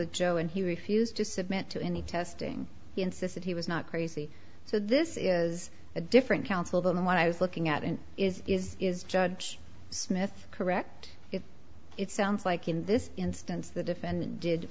with joe and he refused to submit to any testing he insisted he was not crazy so this is a different counsel them when i was looking at it is is is judge smith correct if it sounds like in this instance the defendant did